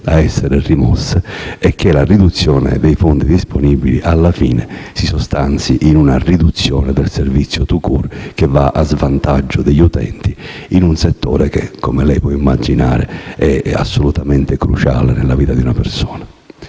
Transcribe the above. a essere rimosse e che la riduzione dei fondi disponibili alla fine si sostanzi in una riduzione del servizio *tout court* che va a svantaggio degli utenti in un settore che, come lei può immaginare, è assolutamente cruciale nella vita di una persona.